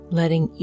Letting